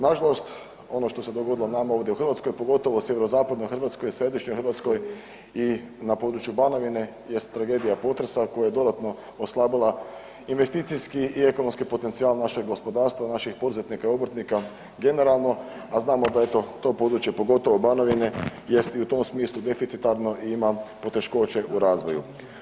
Nažalost ono što se dogodilo nama ovdje u Hrvatskoj pogotovo sjeverozapadnoj Hrvatskoj, središnjoj Hrvatskoj i na području Banovine jest tragedija potresa koja je dodatno oslabila investicijski i ekonomski potencijal našeg gospodarstva naših poduzetnika i obrtnika generalno, a znamo da je to područje pogotovo Banovine jest i u tom smislu deficitarno i ima poteškoće u razvoju.